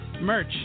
merch